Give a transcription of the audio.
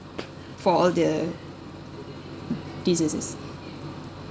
for all the diseases